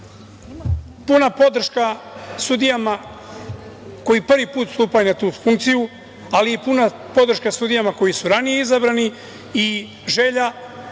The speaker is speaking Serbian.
evra. Puna podrška sudijama koji prvi put stupaju na tu funkciju, ali i puna podrška sudijama koji su ranije izabrani i želja